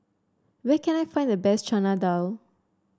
where can I find the best Chana Dal